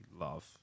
love